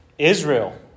Israel